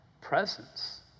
presence